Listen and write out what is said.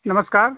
नमस्कार